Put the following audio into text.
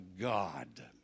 God